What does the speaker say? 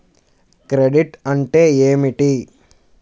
Credit అంటే ఏమిటి?